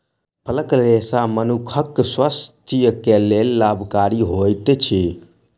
फलक रेशा मनुखक स्वास्थ्य के लेल लाभकारी होइत अछि